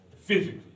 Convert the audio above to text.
Physically